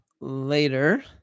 later